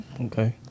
okay